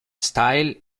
style